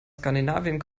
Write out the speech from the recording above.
skandinavien